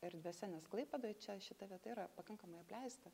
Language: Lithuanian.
erdvėse nes klaipėdoj čia šita vieta yra pakankamai apleista